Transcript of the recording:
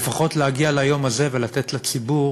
לפחות להגיע ליום הזה ולתת לציבור